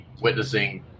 witnessing